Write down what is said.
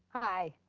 hi.